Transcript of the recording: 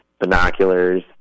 binoculars